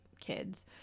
kids